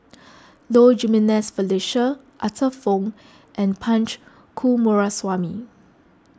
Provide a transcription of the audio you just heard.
Low Jimenez Felicia Arthur Fong and Punch Coomaraswamy